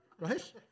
right